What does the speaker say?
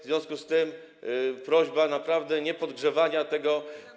W związku z tym jest prośba naprawdę o niepodgrzewania tego.